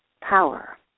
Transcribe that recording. power